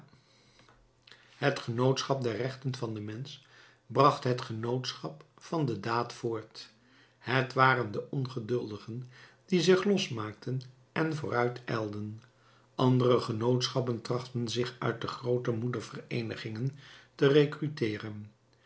het genootschap der rechten van den mensch bracht het genootschap van de daad voort het waren de ongeduldigen die zich los maakten en vooruit ijlden andere genootschappen trachtten zich uit de groote moedervereenigingen te recruteeren